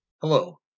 Hello